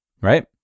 right